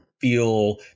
feel